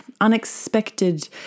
unexpected